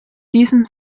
diesem